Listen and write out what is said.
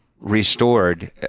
restored